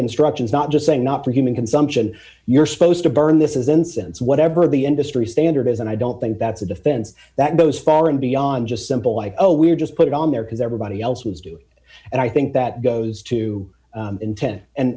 instructions not just saying not for human consumption you're supposed to burn this is incense whatever the industry standard is and i don't think that's a defense that goes far and beyond just simple like oh we're just put on there because everybody else was doing and i think that goes to intent and